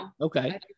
okay